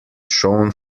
shown